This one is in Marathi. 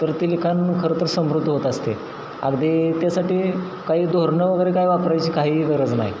तर ते लिखाण खरंतर समृद्ध होत असते अगदी त्यासाठी काही धोरणं वगैरे काय वापरायची काहीही गरज नाही